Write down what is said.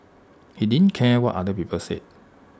he didn't care what other people said